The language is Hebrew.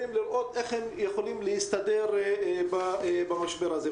יכולים לראות איך הם יכולים להסתדר במשבר הזה.